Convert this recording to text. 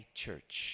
church